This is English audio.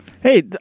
Hey